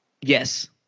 Yes